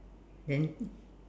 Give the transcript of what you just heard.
then